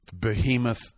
Behemoth